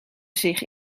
zich